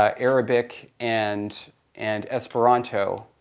ah arabic, and and esperanto,